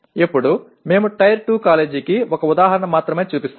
ఇప్పుడు మేము టైర్ 2 కాలేజీకి ఒక ఉదాహరణ మాత్రమే చూపిస్తాము